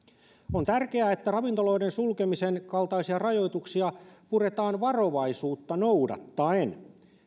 on tärkeää että ravintoloiden sulkemisen kaltaisia rajoituksia puretaan varovaisuutta noudattaen